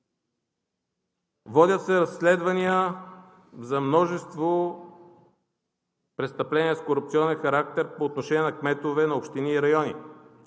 водят се разследвания за множество престъпления с корупционен характер по отношение на кметове на общини и райони.